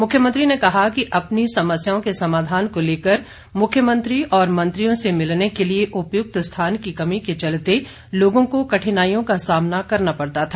मुख्यमंत्री ने कहा कि अपनी समस्याओं के समाधान को लेकर मुख्यमंत्री और मंत्रियों से मिलने के लिए उपयुक्त स्थान की कमी के चलते लोगों को कठिनाईयों का सामना करना पड़ता था